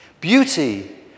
Beauty